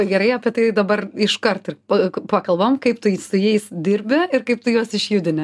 gerai apie tai dabar iškart ir pa pakalbam kaip tai su jais dirbi ir kaip tu juos išjudini